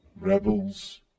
rebels